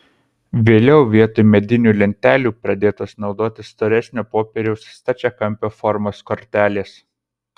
vėliau vietoj medinių lentelių pradėtos naudoti storesnio popieriaus stačiakampio formos kortelės